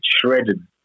shredded